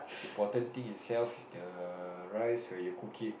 important thing itself is the rice where you cook it